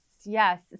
yes